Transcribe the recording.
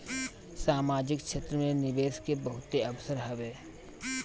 सामाजिक क्षेत्र में निवेश के बहुते अवसर हवे